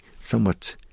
somewhat